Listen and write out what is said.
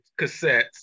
cassettes